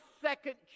second